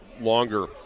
longer